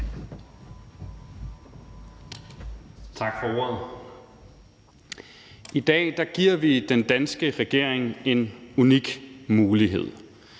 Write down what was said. I dag giver vi den danske regering en unik mulighed,